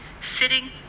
Sitting